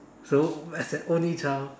so as an only child